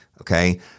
okay